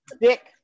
Dick